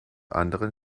anderen